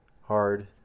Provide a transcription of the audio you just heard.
hard